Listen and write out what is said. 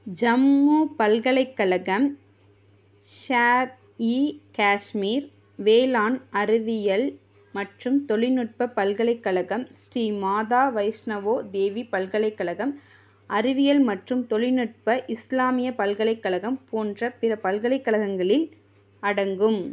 ஜம்மு பல்கலைக்கழகம் ஷேர் இ காஷ்மீர் வேளாண் அறிவியல் மற்றும் தொழில்நுட்ப பல்கலைக்கழகம் ஸ்ரீ மாதா வைஷ்ணவோ தேவி பல்கலைக்கழகம் அறிவியல் மற்றும் தொழில்நுட்ப இஸ்லாமிய பல்கலைக்கழகம் போன்ற பிற பல்கலைக்கழகங்களில் அடங்கும்